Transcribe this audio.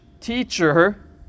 teacher